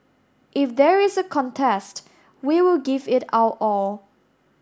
if there is a contest we will give it our all